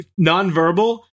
nonverbal